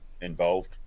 involved